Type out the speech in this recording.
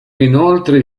inoltre